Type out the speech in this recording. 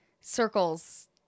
circles